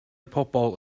pobl